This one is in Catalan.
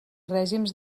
règims